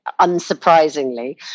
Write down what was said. unsurprisingly